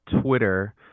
Twitter